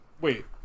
Wait